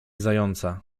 zająca